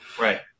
Right